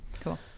Cool